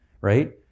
right